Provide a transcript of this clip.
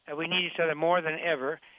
and we need each other more than ever,